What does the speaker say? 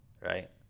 right